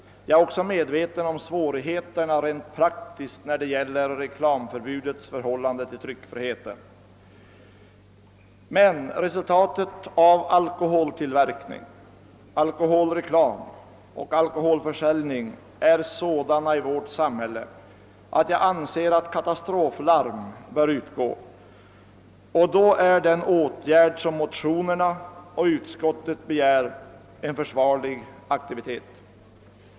Jag är också medveten om svårigheterna rent praktiskt när det gäller reklamförbud och tryckfrihet. Men resultaten av alkoholtillverkningen, alkoholreklamen och alkoholförsäljningen är sådana i vårt samhälle att jag anser att katastroflarm bör utgå, och då är den åtgärd som motionärerna och utskottet begär en försvarlig aktivitet.